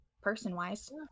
person-wise